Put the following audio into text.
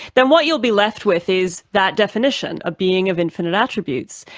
then what you'll be left with is that definition, a being of infinite attributes.